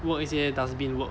work 一些 dustbin work